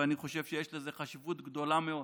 ואני חושב שיש לזה חשיבות גדולה מאוד,